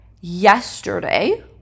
yesterday